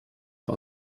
par